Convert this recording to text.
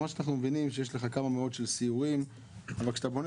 מה שאנחנו מבינים שיש לך כמה מאות של סיורים אבל כשאתה בונה